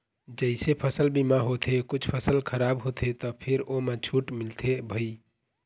जइसे फसल बीमा होथे कुछ फसल खराब होथे त फेर ओमा छूट मिलथे भई